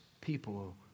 people